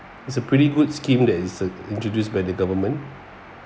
it's a pretty good scheme that is uh introduced by the government